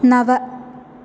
नव